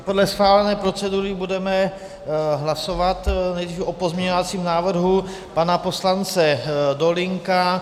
Podle schválené procedury budeme hlasovat nejdřív o pozměňovacím návrhu pana poslance Dolínka.